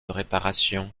réparation